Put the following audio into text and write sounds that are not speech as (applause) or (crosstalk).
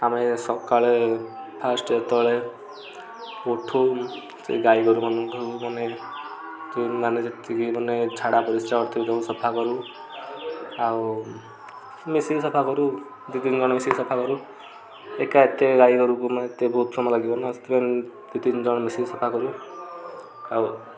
ଆମେ ସକାଳେ ଫାର୍ଷ୍ଟ୍ ଯେତେବେଳେ ଉଠୁ ସେ ଗାଈଗୋରୁମାନଙ୍କୁ ମାନେ (unintelligible) ମାନେ ଯେତିକି ମାନେ ଝାଡ଼ା ପରିସ୍ରା ହୁଅନ୍ତି ତାକୁ ସଫା କରୁ ଆଉ ମିଶିକି ସଫା କରୁ ଦୁଇ ତିନି ଜଣ ମିଶି ସଫା କରୁ ଏକା ଏତେ ଗାଈ ଗୋରୁଙ୍କୁ ଏତେ ବହୁତ୍ ସମୟ ଲାଗିବ ନା ସେଥିପାଇଁ ଦୁଇ ତିନି ଜଣ ମିଶିକି ସଫା କରୁ ଆଉ